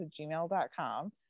gmail.com